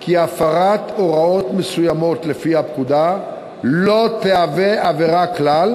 כי הפרת הוראות מסוימות לפי הפקודה לא תהווה עבירה כלל,